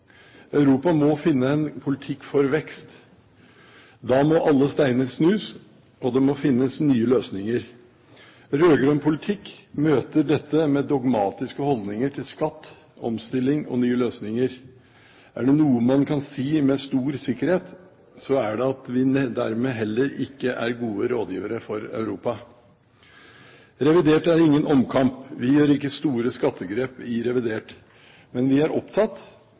Europa må finne en politikk for vekst. Da må alle steiner snus, og det må finnes nye løsninger. Rød-grønn politikk møter dette med dogmatiske holdninger til skatt, omstilling og nye løsninger. Er det noe man kan si med stor sikkerhet, er det at vi dermed heller ikke er gode rådgivere for Europa. Revidert budsjett er ingen omkamp. Vi gjør ikke store skattegrep i revidert, men vi er opptatt